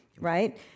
right